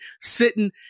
sitting –